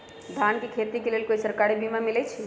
धान के खेती के लेल कोइ सरकारी बीमा मलैछई?